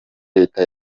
leta